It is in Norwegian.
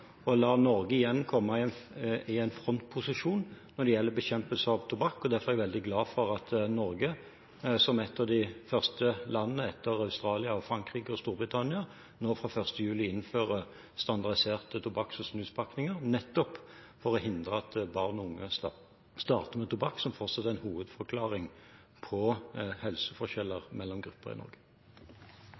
la Norge igjen komme i frontposisjon når det gjelder bekjempelse av tobakk. Derfor er jeg veldig glad for at Norge som et av de første landene etter Australia, Frankrike og Storbritannia fra 1. juli innfører standardiserte tobakk- og snuspakninger nettopp for å hindre at barn og unge skal starte med tobakk, som fortsatt er en hovedforklaring på helseforskjeller mellom grupper i Norge.